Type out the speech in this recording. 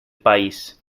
país